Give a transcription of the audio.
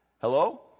Hello